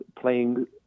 playing